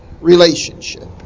relationship